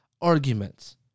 arguments